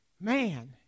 Man